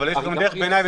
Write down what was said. אבל יש גם דרך ביניים.